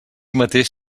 mateix